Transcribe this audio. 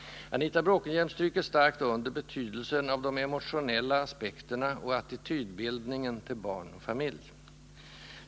Anita Bråkenhielm stryker starkt under betydelsen av de emotionella aspekterna och attitydbildningen när det gäller barn och familj.